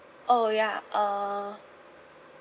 oh ya uh